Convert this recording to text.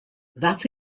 that